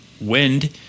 wind